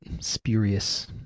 spurious